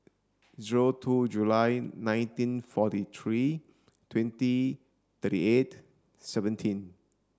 zero two July nineteen forty three twenty thirty eight seventeen